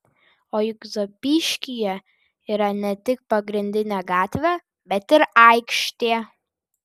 o juk zapyškyje yra ne tik pagrindinė gatvė bet ir aikštė